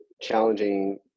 challenging